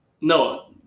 No